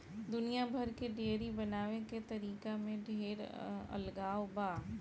दुनिया भर के डेयरी बनावे के तरीका में ढेर अलगाव बा